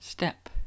Step